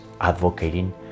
advocating